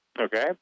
Okay